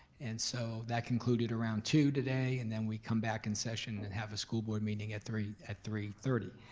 and so that concluded around two today, and then we come back in session and have a school board meeting at three at three thirty,